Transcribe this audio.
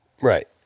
Right